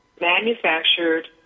manufactured